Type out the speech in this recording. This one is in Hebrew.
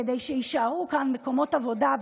כדי שיישארו כאן מקומות עבודה,